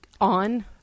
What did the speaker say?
On